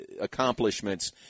accomplishments